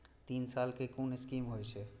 तीन साल कै कुन स्कीम होय छै?